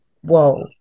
whoa